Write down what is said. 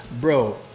Bro